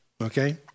okay